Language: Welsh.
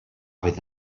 fydd